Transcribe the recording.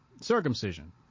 circumcision